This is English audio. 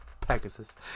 Pegasus